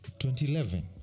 2011